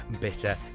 bitter